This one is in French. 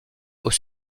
aux